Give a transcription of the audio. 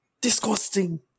Disgusting